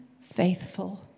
faithful